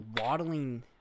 waddling